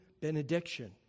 benediction